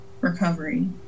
recovery